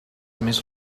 més